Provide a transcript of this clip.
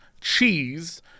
cheese